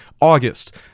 August